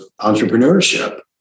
entrepreneurship